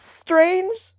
strange